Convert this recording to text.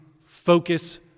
focus